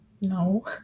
No